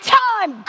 time